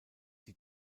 die